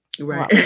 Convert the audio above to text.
Right